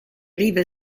riva